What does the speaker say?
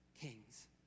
kings